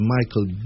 Michael